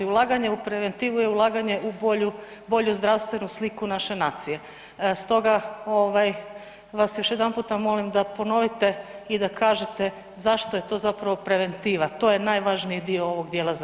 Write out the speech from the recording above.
Ulaganje u preventivu je ulaganje u bolju zdravstvenu sliku naše nacije, stoga ovaj, vas još jedanput molim da ponovite i da kažete zašto je to zapravo preventiva, to je najvažniji dio ovog dijela zakona.